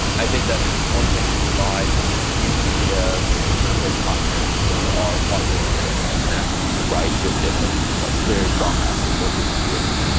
i think that it is one thing to relied on news media. so you, a member of congress or our partners and in international human rights, you have been a you know very strong advocate over the years.